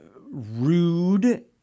rude